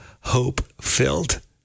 hope-filled